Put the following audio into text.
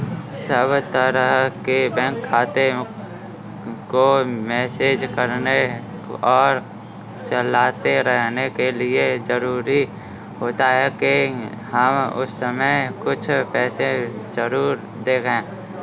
सब तरह के बैंक खाते को मैनेज करने और चलाते रहने के लिए जरुरी होता है के हम उसमें कुछ पैसे जरूर रखे